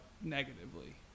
negatively